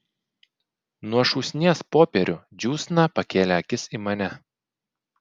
nuo šūsnies popierių džiūsna pakėlė akis į mane